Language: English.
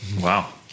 Wow